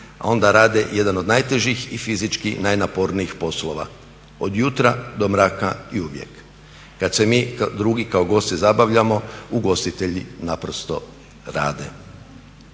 a onda rade jedan od najtežih i fizički najnapornijih poslova, od jutra do mraka i uvijek. Kad se mi drugi kao gosti zabavljamo ugostitelji naprosto rade.